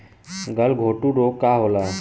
गलघोटू रोग का होला?